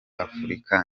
afurika